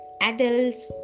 adults